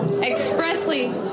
expressly